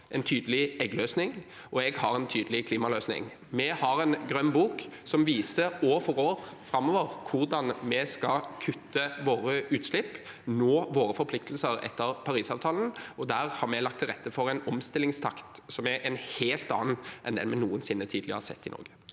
en tydelig eggløsning, og jeg har en tydelig klimaløsning. Vi har en Grønn bok som viser år for år framover hvordan vi skal kutte våre utslipp og nå våre forpliktelser etter Parisavtalen, og der har vi lagt til rette for en omstillingstakt som er en helt annen enn det vi noensinne tidligere har sett i Norge.